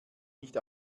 nicht